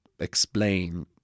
Explain